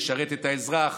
לשרת את האזרח,